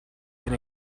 and